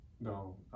no